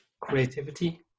creativity